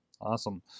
awesome